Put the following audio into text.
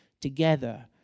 together